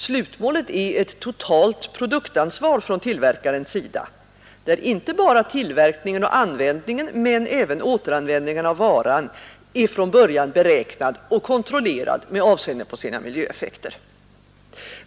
Slutmålet är ett totalt produktansvar från tillverkarens sida, där inte bara tillverkningen och användningen men även återanvändningen av varan är från början beräknad och kontrollerad med avseende på sina miljöeffekter.